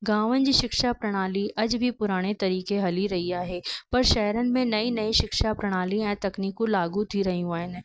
गामनि जी शिक्षा प्रणाली अॼ बि पुराणे तरीक़े हली रही आहे पर शहरनि मीं नई नई शिक्षा प्रणाली ऐं तकनीकूं लागू थी रहियूं आहिनि